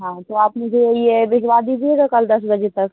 हाँ तो आप मुझे यह भिजवा दीजिएगा कल दस बजे तक